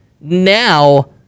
Now